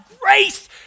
grace